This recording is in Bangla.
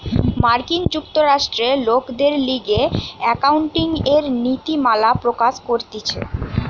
মার্কিন যুক্তরাষ্ট্রে লোকদের লিগে একাউন্টিংএর নীতিমালা প্রকাশ করতিছে